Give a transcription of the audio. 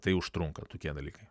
tai užtrunka tokie dalykai